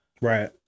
Right